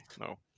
No